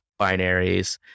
binaries